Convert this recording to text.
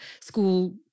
school